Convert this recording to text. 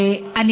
שייתנו,